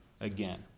again